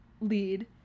lead